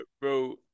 Bro